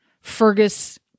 Fergus